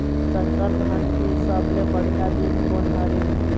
संकर धान के सबले बढ़िया बीज कोन हर ये?